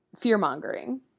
fear-mongering